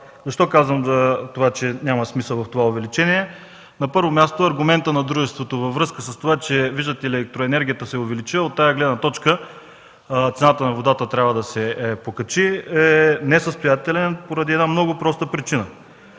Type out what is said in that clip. Защо казвам, че няма смисъл това увеличение? На първо място, аргументът на дружеството във връзка с това, че, виждате ли, електроенергията се е увеличила и от тази гледна точка цената на водата трябва да се покачи, е несъстоятелен поради една много проста причина